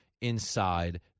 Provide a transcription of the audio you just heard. inside